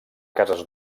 cases